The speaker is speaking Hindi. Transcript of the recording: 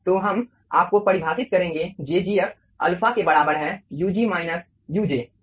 तो हम आपको परिभाषित करेंगे jgf अल्फा के बराबर है ug माइनस uj